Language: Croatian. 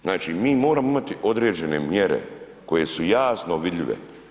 Znači mi moramo imati određene mjere koje su jasno vidljive.